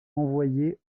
envoyée